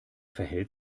verhält